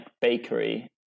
bakery